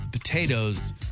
Potatoes